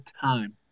time